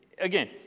again